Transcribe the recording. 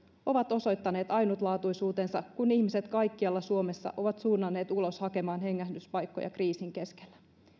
ovat osoittaneet ainutlaatuisuutensa kun ihmiset kaikkialla suomessa ovat suunnanneet ulos hakemaan hengähdyspaikkoja kriisin keskellä